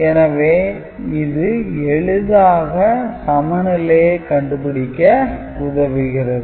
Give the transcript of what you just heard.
எனவே இது எளிதாக சமநிலையை கண்டு பிடிக்க உதவுகிறது